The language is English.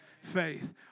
Faith